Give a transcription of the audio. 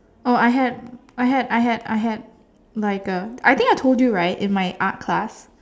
oh I had I had I had I had like a I think I told you right in my art class